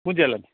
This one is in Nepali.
कुन चाहिँ लाने